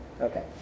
Okay